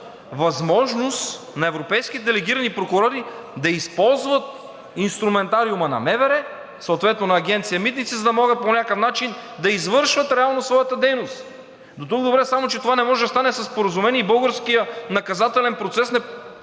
възможност на европейските делегирани прокурори да използват инструментариума на МВР, съответно на Агенция „Митници“, за да могат по някакъв начин да извършват реално своята дейност. Дотук добре, само че това не може да стане със споразумение и българският наказателен процес не